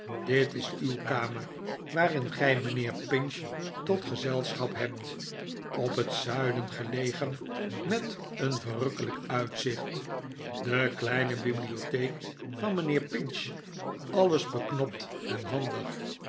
dit is uw kamer waarin gij mijnheer pinch tot gezelschap hebt op het zuiden gelegen met een verrukkelijk uitzicht de kleine bibliotheek van mijnheer pinch alles beknopt en handig